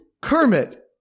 Kermit